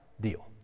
deal